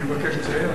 אני מבקש לציין,